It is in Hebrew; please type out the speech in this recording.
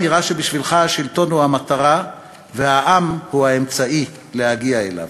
נראה שבשבילך השלטון הוא המטרה והעם הוא האמצעי להגיע אליו.